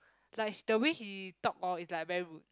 like he the way he talked hor is like very rude